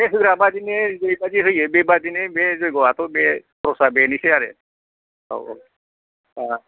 बे होग्रा बादिनो जेरैबादि होयो बे बादिनो बे जयग'आथ' बे खरसा बेनोसै आरो औ औ